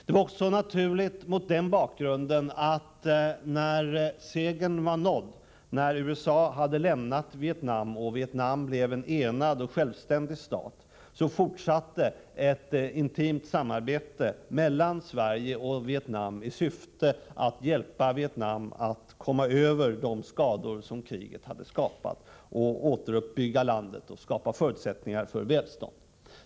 Mot den bakgrunden var det också naturligt — när segern var nådd, när USA hade lämnat Vietnam och Vietnam blev en enad och självständig stat — att ett intimt samarbete fortsatte mellan Sverige och Vietnam, i syfte att hjälpa Vietnam att komma över de skador som kriget hade gett och återuppbygga landet och skapa förutsättningar för välstånd.